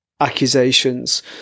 Accusations